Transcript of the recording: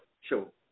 show